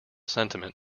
sentiment